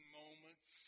moments